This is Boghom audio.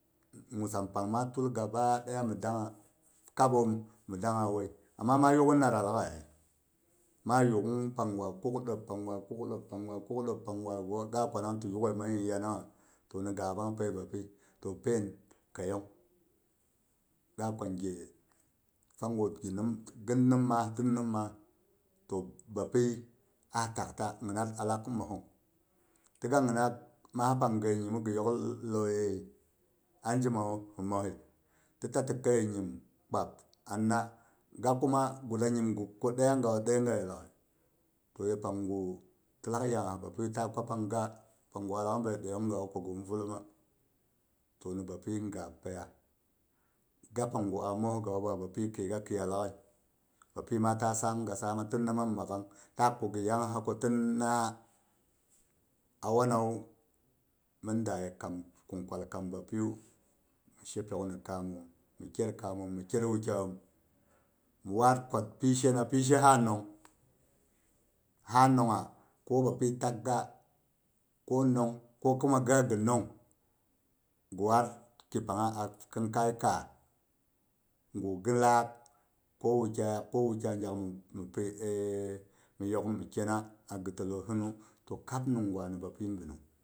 Wusam pang ma tull gaba ɗaya mi dangha, kabbom mi dangha wai amma ma yugh nadda laaghai, ma yughu pang gwa kuk ɗeb pang gwa kuk ɗeb pang gwa kuk ɗeb pang gwa ghiwa ga kwanang ti yughai man nyin yanangha to ni gabbang pai bapi. To pain kaiyong ga kwa ge panggu ghi nim ghin nim maah tin nim maah to bapi a tak ta nyinat alak mhisong ti ga nyinat maah. Pang ghaiye nyim ghi yok lauyeye anjima wu hi mhihoi, ti ta ti kaiye nyim kpab anna ga kuma guda nyimgu ku ɗaiya gawu ɗaigaye laaghai to ye pangu ti lack yaas bapi ta kwa pang ga pang gu alak bai ɗayangawu ta kwa pang ga ghin vulumma to ni bapi gab paiyah ga pang gu a mhosgawu ba bapi why ga khiya laaghai, bapi ma ta sam ga samma tin na mang mabbang takh ku ghi yaassa ko tinna. A wanawu mhin da ye kam whin kwal kam bapiyu mhi she piyok ni kammom mi kyaat kamom mi kyaat wukyaiyom mi wad kwa pishe, pishe ha nong ha nong ha ko bapi tak ga ko nong ko kuma ga ghi nong ghi wad ki pangha a khinkai kaah gu ghi lak ko wukyaiyak ko wukyai gyak mi pi yok mi kena a ghitillosinmu to